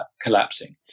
collapsing